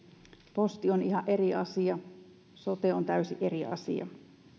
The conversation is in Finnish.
posti on ihan eri asia sote on täysin eri asia